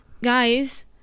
guys